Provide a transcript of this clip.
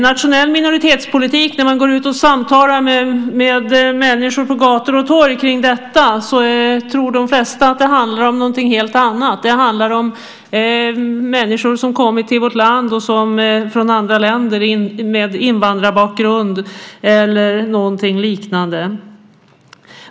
När man går ut och samtalar med människor på gator och torg om nationell minoritetspolitik tror de flesta att det handlar om någonting helt annat, att det handlar om människor som har kommit till vårt land från andra länder, människor med invandrarbakgrund eller någonting liknande.